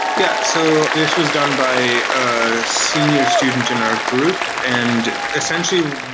yeah. so this was done by a senior student in our group. and essentially,